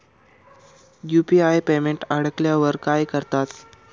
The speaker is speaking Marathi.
यु.पी.आय पेमेंट अडकल्यावर काय करतात?